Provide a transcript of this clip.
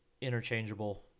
interchangeable